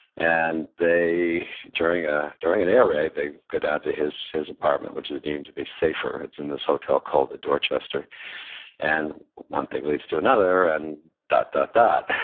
and during ah during an air raid, they go down to his his apartment which is deemed to be safer. it's in this hotel called the dorchester and one thing leads to another, and dot, dot, dot.